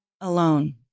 alone